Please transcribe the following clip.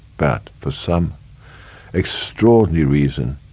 but for some extraordinary reason,